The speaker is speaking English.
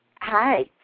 Hi